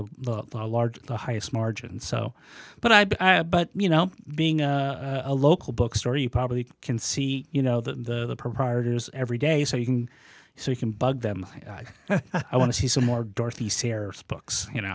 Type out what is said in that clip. the large the highest margin so but i but you know being a local bookstore you probably can see you know the proprietors every day so you can so you can bug them i want to see some more dorothy sayers books you know